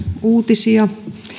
uutisia